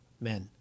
men